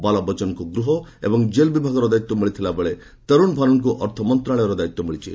ବାଲା ବଚନ୍ଙ୍କୁ ଗୃହ ଏବଂ ଜେଲ୍ ବିଭାଗର ଦାୟିତ୍ୱ ମିଳିଥିଲାବେଳେ ତରୁଣ ଭାନୋଟ୍ଙ୍କୁ ଅର୍ଥମନ୍ତ୍ରଣାଳୟର ଦାୟିତ୍ୱ ମିଳିଛି